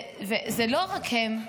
לא רק הם.